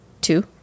two